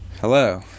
Hello